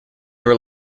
were